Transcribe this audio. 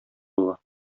була